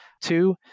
Two